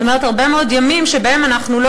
זאת אומרת הרבה מאוד ימים שבהם אנחנו לא